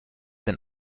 den